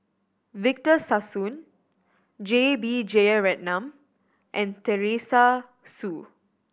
Victor Sassoon J B Jeyaretnam and Teresa Hsu